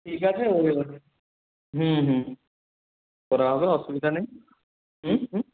ঠিক আছে হুম হুম করা হবে অসুবিধা নেই হুম হুম